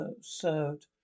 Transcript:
served